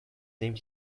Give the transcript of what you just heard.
named